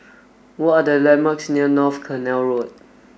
what are the landmarks near North Canal Road